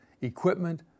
equipment